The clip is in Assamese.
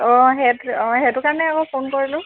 অঁ সেই অঁ সেইটো কাৰণে মই ফোন কৰিলোঁ